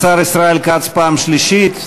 השר ישראל כץ, פעם שלישית.